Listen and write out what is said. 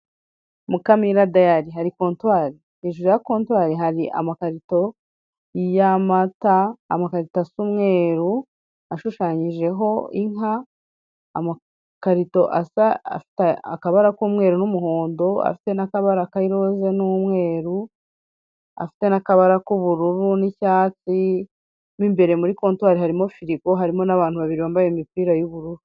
Mukamira dayari. Hari kontwari. Hejuru ya kotwari hari amakarito y'amata, amakarito asa umweru shushanyijeho inka, amakarito afite akabara k'umweru n'umuhondo afite n'akabara k'iroze n'umweru, afite n'akabara k'ubururu n'icyatsi, mo imbere muri kontwari harimo firigo harimo n'abantu babiri bambaye imipira y'ubururu.